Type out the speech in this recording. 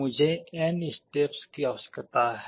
मुझे n steps की आवश्यकता है